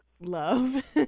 love